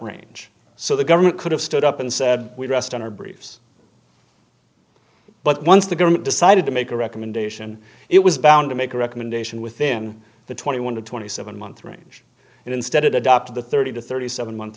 range so the government could have stood up and said we'd rest on our briefs but once the government decided to make a recommendation it was bound to make a recommendation within the twenty one to twenty seven month range and instead it adopted the thirty to thirty seven month